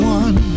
one